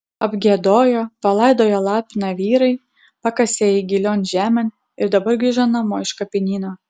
apgiedojo palaidojo lapiną vyrai pakasė jį gilion žemėn ir dabar grįžo namo iš kapinyno